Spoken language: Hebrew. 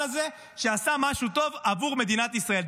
הזה שעשה משהו טוב עבור מדינת ישראל,